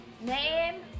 Name